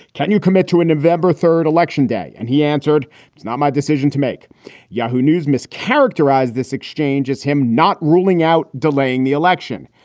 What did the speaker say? can you commit to a november third election day? and he answered, it's not my decision to make yahoo! news mischaracterize this exchange. is him not ruling out delaying the election?